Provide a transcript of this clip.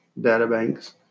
databanks